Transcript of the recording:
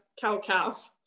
cow-calf